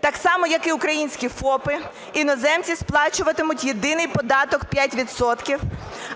Так само, як і українські ФОПи, іноземці сплачуватимуть єдиний податок 5 відсотків,